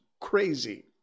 crazy